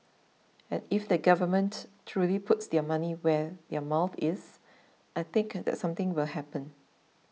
and if the government truly puts their money where their mouth is I think that something will happen